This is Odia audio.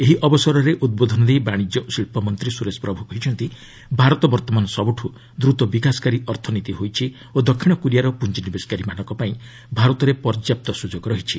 ଏହି ଅବସରରେ ଉଦ୍ବୋଧନ ଦେଇ ବାଣିଜ୍ୟ ଓ ଶିଳ୍ପମନ୍ତ୍ରୀ ସୁରେଶ ପ୍ରଭୁ କହିଛନ୍ତି ଭାରତ ବର୍ତ୍ତମାନ ସବୁଠୁ ଦୂତ ବିକାଶକାରୀ ଅର୍ଥନୀତି ହୋଇଛି ଓ ଦକ୍ଷିଣ କୋରିଆର ପୁଞ୍ଜିନିବେଶକାରୀମାନଙ୍କ ପାଇଁ ଭାରତରେ ପର୍ଯ୍ୟାପ୍ତ ସୁଯୋଗ ରହିଛି